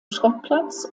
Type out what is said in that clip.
schrottplatz